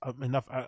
enough